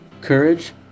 courage